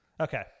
Okay